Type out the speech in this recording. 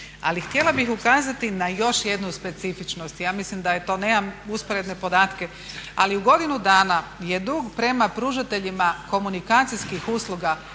Ali htjela bih ukazati na još jednu specifičnost i ja mislim da je to, nemam usporedne podatke ali u godinu dana je dug prema pružateljima komunikacijskih usluga